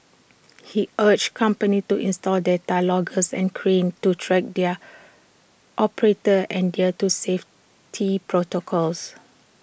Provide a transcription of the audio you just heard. he urged companies to install data loggers and cranes to track their operators adhere to safety protocols